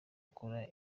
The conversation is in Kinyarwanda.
ukora